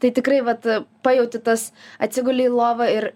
tai tikrai vat pajauti tas atsiguli į lovą ir